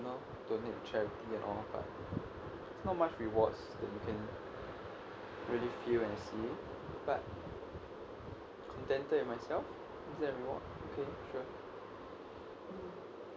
you know donate to charity and all but it's not much rewards that you can really feel and see but contented with myself is that a reward okay sure